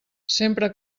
sempre